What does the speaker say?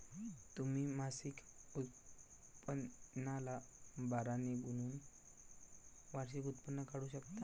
तुम्ही मासिक उत्पन्नाला बारा ने गुणून वार्षिक उत्पन्न काढू शकता